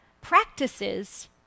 practices